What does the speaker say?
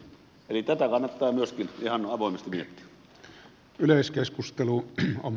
eli tätä kannattaa myöskin ihan avoimesti miettiä